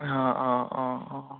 অঁ অঁ অঁ অঁ